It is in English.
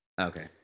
Okay